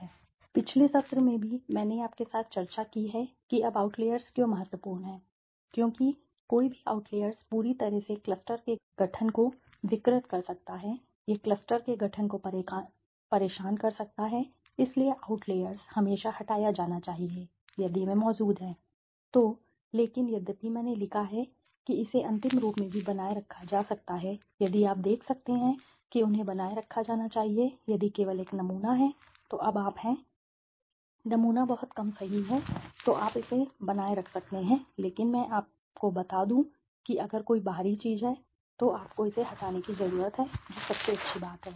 outliers अब पिछले सत्र में भी मैंने आपके साथ चर्चा की है कि अब आउटलेर्स क्यों महत्वपूर्ण हैं आउटलेर्स महत्वपूर्ण हैं क्योंकि कोई भी आउटलेर्स पूरी तरह से क्लस्टर के गठन को विकृत कर सकता है यह क्लस्टर के गठन को परेशान कर सकता है इसलिए आउटलेर्स हमेशा हटाया जाना चाहिए यदि वे मौजूद हैं तो लेकिन यद्यपि मैंने लिखा है कि इसे अंतिम रूप में भी बनाए रखा जा सकता है यदि आप देख सकते हैं कि उन्हें बनाए रखा जाना चाहिए यदि केवल एक नमूना है तो अब आप हैं नमूना बहुत कम सही है तो आप इसे बनाए रख सकते हैं लेकिन मैं आपको बता दूं कि अगर कोई बाहरी चीज है तो आपको इसे हटाने की जरूरत है जो सबसे अच्छी बात है